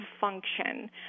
function